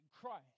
Christ